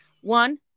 one